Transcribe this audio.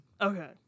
Okay